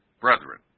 brethren